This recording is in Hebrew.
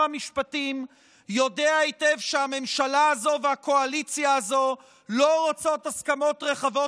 המשפטים יודע היטב שהממשלה הזו והקואליציה הזו לא רוצות הסכמות רחבות,